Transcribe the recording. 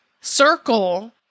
circle